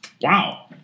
Wow